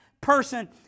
Person